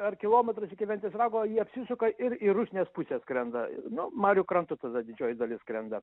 ar kilometras iki ventės rago jie apsisuka ir į rusnės pusę atskrenda nu marių krantu tada didžioji dalis skrenda